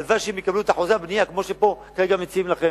הלוואי שהם יקבלו את אחוזי הבנייה כמו שפה כרגע מציעים לכם.